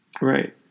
Right